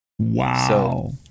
Wow